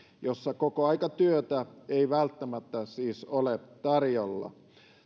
kun kokoaikatyötä ei välttämättä siis ole tarjolla